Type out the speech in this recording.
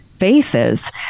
Faces